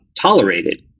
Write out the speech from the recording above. tolerated